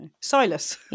Silas